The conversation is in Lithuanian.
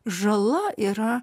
žala yra